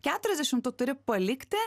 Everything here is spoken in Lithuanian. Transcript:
keturiasdešim tu turi palikti